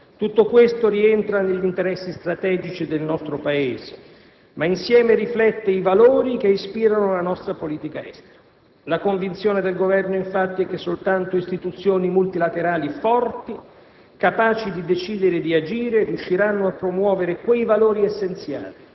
di soluzioni pacifiche e multilaterali alle crisi internazionali. Tutto questo rientra negli interessi strategici del nostro Paese ma, insieme, riflette i valori che ispirano la nostra politica estera. La convinzione del Governo è che solo istituzioni multilaterali forti,